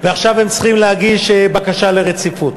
ועכשיו הם צריכים להגיש בקשה לרציפות.